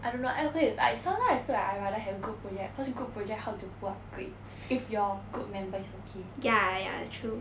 I don't know I okay with I sometime I feel like I rather have group project cause group project help to pull up grades if your group member is okay